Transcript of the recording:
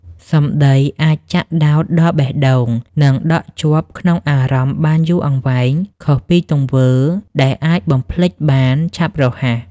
សម្ដីអាចចាក់ដោតដល់បេះដូង និងដក់ជាប់ក្នុងអារម្មណ៍បានយូរអង្វែង ខុសពីទង្វើដែលអាចបំភ្លេចបានឆាប់រហ័ស។